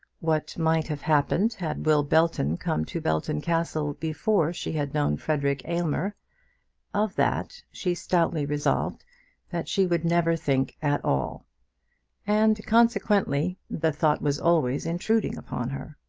what might have happened had will belton come to belton castle before she had known frederic aylmer of that she stoutly resolved that she would never think at all and consequently the thought was always intruding upon her.